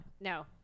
no